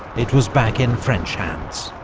it was back in french hands.